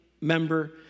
member